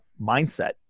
mindset